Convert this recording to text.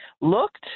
looked